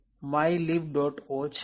o છે